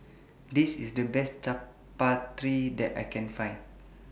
This IS The Best Chaat Papri that I Can Find